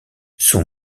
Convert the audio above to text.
son